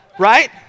Right